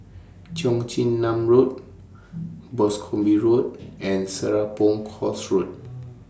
Cheong Chin Nam Road Boscombe Road and Serapong Course Road